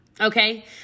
Okay